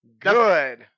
Good